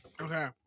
Okay